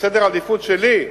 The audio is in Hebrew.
בסדר העדיפויות שלי,